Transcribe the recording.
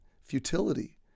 futility